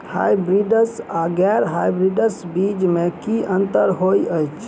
Hybrids आ गैर hybrids बीज म की अंतर होइ अछि?